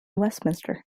westminster